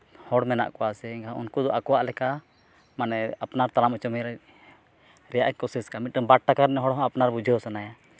ᱦᱚᱲ ᱢᱮᱱᱟᱜ ᱠᱚᱣᱟ ᱥᱮ ᱤᱧᱦᱚᱸ ᱩᱱᱠᱩ ᱟᱠᱚᱣᱟᱜ ᱞᱮᱠᱟ ᱢᱟᱱᱮ ᱟᱯᱱᱟᱨ ᱛᱟᱲᱟᱢ ᱦᱚᱪᱚ ᱢᱮ ᱨᱮ ᱨᱮᱭᱟᱜᱼᱮ ᱠᱳᱭᱥᱤᱥ ᱠᱟᱜᱼᱟ ᱢᱤᱫᱴᱟᱹᱝ ᱵᱟᱴ ᱪᱟᱠᱟ ᱨᱮᱱ ᱦᱚᱲ ᱦᱚᱸ ᱟᱯᱱᱟᱨ ᱵᱩᱡᱷᱟᱹᱣ ᱥᱟᱱᱟᱭᱟ